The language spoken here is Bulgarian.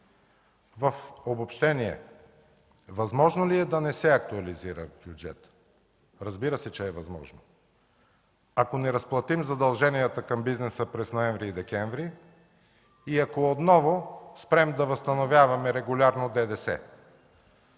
В обобщение: възможно ли е да не се актуализира бюджетът? Разбира се, че е възможно, ако не разплатим задълженията към бизнеса през ноември и декември и ако отново спрем да възстановяваме регулярно ДДС,